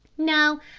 no,